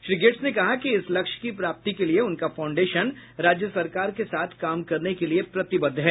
Shri Gates ने कहा कि इस लक्ष्य की प्राप्ति के लिए उनका फाउंडेशन राज्य सरकार के साथ काम करने के लिए प्रतिबद्ध है